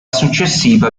successiva